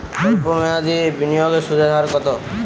সল্প মেয়াদি বিনিয়োগের সুদের হার কত?